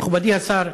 מכובדי השר,